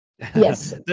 Yes